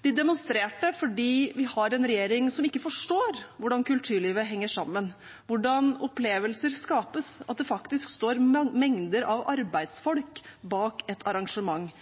De demonstrerte fordi vi har en regjering som ikke forstår hvordan kulturlivet henger sammen, hvordan opplevelser skapes, at det faktisk står mengder av arbeidsfolk bak et arrangement,